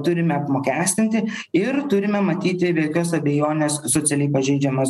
turime apmokestinti ir turime matyti be jokios abejonės socialiai pažeidžiamas